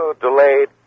Delayed